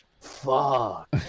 fuck